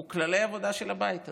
הוא כללי העבודה של הבית הזה.